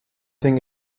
think